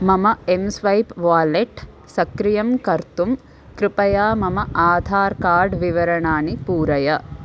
मम M swipe wallet सक्रियं कर्तुं कृपया मम आधार् कार्ड् विवरणानि पूरय